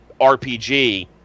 RPG